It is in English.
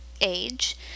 age